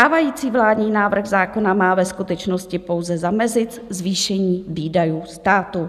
Stávající vládní návrh zákona má ve skutečnosti pouze zamezit zvýšení výdajů státu.